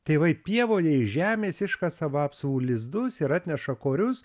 tėvai pievoje iš žemės iškasa vapsvų lizdus ir atneša korius